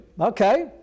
Okay